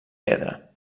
pedra